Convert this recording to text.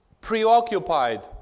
preoccupied